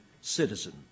citizen